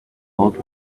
old